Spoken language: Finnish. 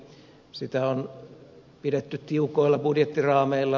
sitä on pidetty tiukoilla budjettiraameilla